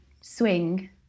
swing